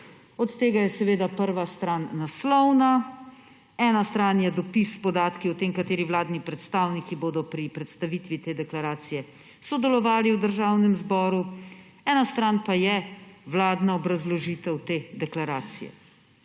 Od tega je seveda prva stran naslovna, ena stran je dopis s podatki o tem, kateri vladni predstavniki bodo pri predstavitvi te deklaracije sodelovali v Državnem zboru, ena stran pa je vladna obrazložitev te deklaracije.